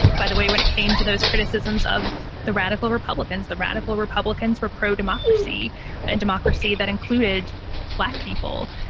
by the way, when it came to those criticisms of the radical republicans, the radical republicans were pro-democracy and democracy that included black people.